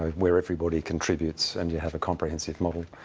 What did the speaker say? um where everybody contributes and you have a comprehensive model.